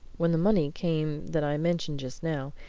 when the money came that i mentioned just now,